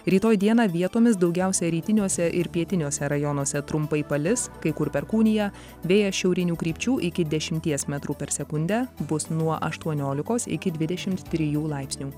rytoj dieną vietomis daugiausia rytiniuose ir pietiniuose rajonuose trumpai palis kai kur perkūnija vėjas šiaurinių krypčių iki dešimties metrų per sekundę bus nuo aštuoniolikos iki dvidešimt trijų laipsnių